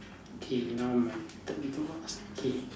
okay now my turn to ask okay